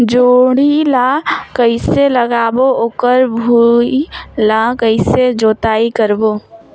जोणी ला कइसे लगाबो ओकर भुईं ला कइसे जोताई करबो?